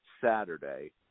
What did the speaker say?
Saturday